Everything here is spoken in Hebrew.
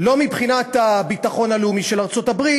לא מבחינת הביטחון הלאומי של ארצות-הברית,